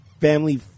family